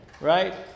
right